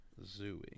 Zooey